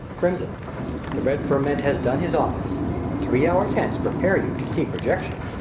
crimson the red ferment has done his office three hours hence prepare you to see projection.